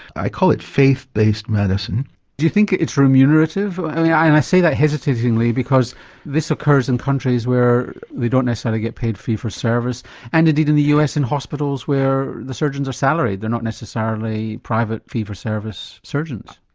i call it faith-based medicine. do you think it's remunerative, i say that hesitatingly because this occurs in countries where they don't necessarily get paid a fee for service and indeed in the us in hospitals where the surgeons are salaried, they are not necessarily private fee for service surgeons.